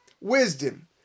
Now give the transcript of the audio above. wisdom